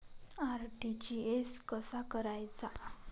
RTGS कसा करायचा?